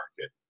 market